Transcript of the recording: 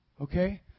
okay